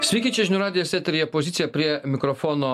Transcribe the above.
sveiki čia žinių radijas eteryje pozicija prie mikrofono